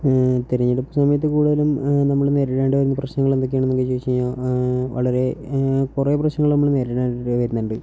തിരഞ്ഞെടുപ്പ് സമയത്ത് കൂടുതലും നമ്മൾ നേരിടേണ്ടിവരുന്ന പ്രശ്നങ്ങൾ എന്തൊക്കെയാണെന്ന് ഉള്ളത് ചോദിച്ചു കഴിഞ്ഞാൽ വളരെ കുറേ പ്രശ്നങ്ങൾ നമ്മൾ നേരിടേണ്ടതായി വരുന്നുണ്ട്